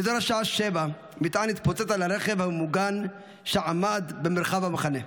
באזור השעה 07:00 מטען התפוצץ על הרכב הממוגן שעמד במרחב המחנה.